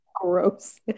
gross